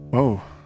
Whoa